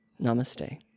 Namaste